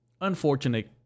unfortunate